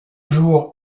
jour